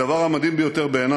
הדבר המדהים ביותר בעיני